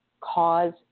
cause